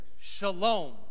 Shalom